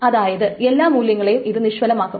അതായത് എല്ലാ മൂല്യങ്ങളെയും ഇത് നിഷ്ഫലമാക്കും